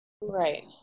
right